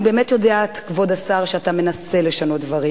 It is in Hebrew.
אני באמת יודעת, כבוד השר, שאתה מנסה לשנות דברים.